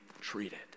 treated